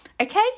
Okay